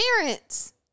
Parents